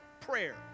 prayer